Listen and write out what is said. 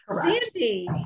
Sandy